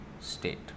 state